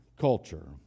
culture